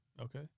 Okay